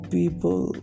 people